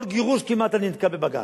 כל גירוש כמעט, אני נתקע בבג"ץ.